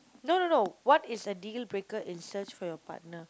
no no no what is a dealbreaker in search for your partner